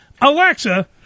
Alexa